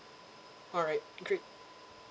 alright great